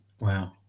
Wow